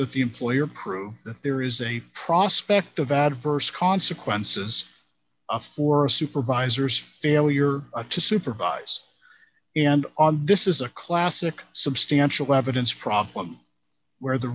that the employer prove that there is a prospect of adverse consequences for a supervisors failure to supervise and on this is a classic substantial evidence problem where the